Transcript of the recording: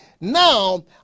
now